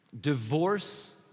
Divorce